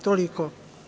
Toliko.